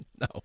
No